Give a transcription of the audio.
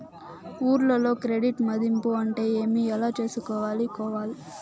ఊర్లలో క్రెడిట్ మధింపు అంటే ఏమి? ఎలా చేసుకోవాలి కోవాలి?